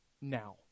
now